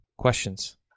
questions